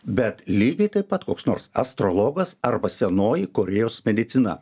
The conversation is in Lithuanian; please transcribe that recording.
bet lygiai taip pat koks nors astrologas arba senoji korėjos medicina